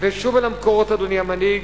שוב אל המקורות, אדוני המנהיג,